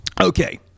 okay